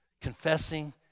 Confessing